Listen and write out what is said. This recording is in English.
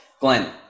Glenn